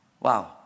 Wow